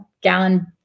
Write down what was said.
gallon